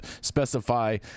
specify